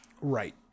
Right